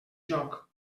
joc